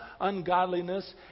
ungodliness